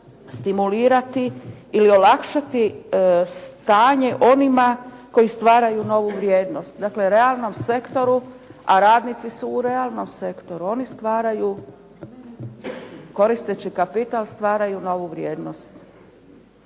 stimulirati ili olakšati stanje onima koji stvaraju novu vrijednost. Dakle, realnom sektoru, a radnici su u realnom sektoru. Oni stvaraju koristeći kapital stvaraju novu vrijednost.